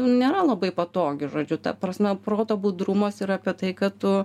nėra labai patogi žodžiu ta prasme proto budrumas yra apie tai kad tu